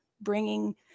bringing